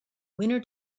winner